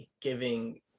giving